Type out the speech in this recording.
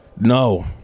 No